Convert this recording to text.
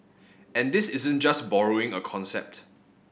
and this isn't just borrowing a concept